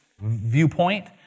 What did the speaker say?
viewpoint